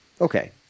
Okay